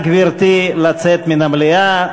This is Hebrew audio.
גברתי, נא לצאת מן המליאה.